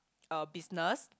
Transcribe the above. a business